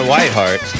Whiteheart